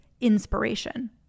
inspiration